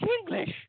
English